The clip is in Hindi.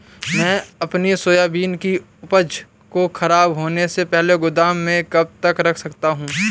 मैं अपनी सोयाबीन की उपज को ख़राब होने से पहले गोदाम में कब तक रख सकता हूँ?